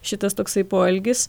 šitas toksai poelgis